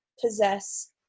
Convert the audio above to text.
possess